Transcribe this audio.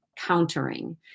countering